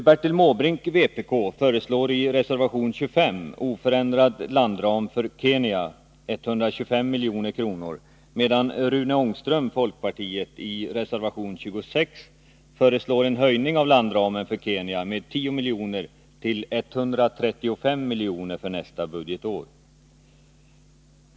Bertil Måbrink föreslår i reservation 25 oförändrad landram för Kenya — 125 milj.kr. — medan Rune Ångström i reservation 26 föreslår en höjning av landramen för Kenya med 10 miljoner till 135 milj.kr. för nästa budgetår.